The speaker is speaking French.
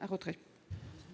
un retrait.